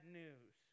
news